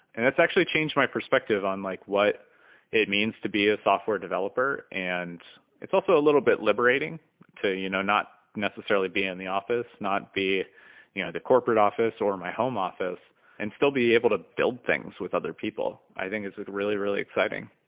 and that's actually changed my perspective on like what it means to be a software developer. and it's also a little bit liberating to you know not necessarily be in the office. not be at you know the corporate office or my home office and still be able to build things with other people. i think it's really, really exciting.